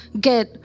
get